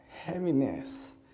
heaviness